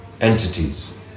entities